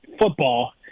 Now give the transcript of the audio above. football